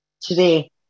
today